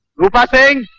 rupa singh